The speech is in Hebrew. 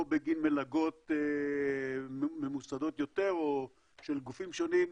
או בגין מלגות ממוסדות יותר או של גופים שונים,